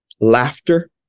laughter